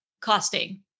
costing